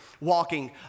walking